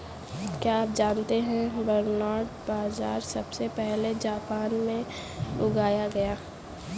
क्या आप जानते है बरनार्ड बाजरा सबसे पहले जापान में उगाया गया